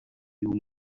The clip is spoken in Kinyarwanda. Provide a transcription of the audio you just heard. y’uyu